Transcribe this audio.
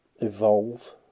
evolve